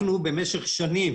במשך שנים